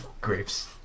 Grapes